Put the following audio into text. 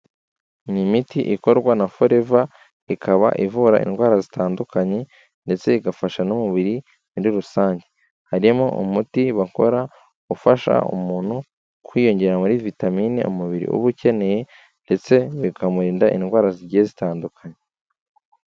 Ni imiti ikorwa na Forever, ikaba ivura indwara zitandukanye ndetse igafasha n'umubiri muri rusange. Harimo umuti bakora ufasha umuntu kwiyongera muri vitamine umubiri uba ukeneye, ndetse bikamurinda indwara zigiye zitandukanye.